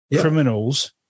criminals